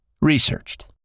researched